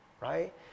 right